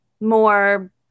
more